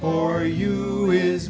for you is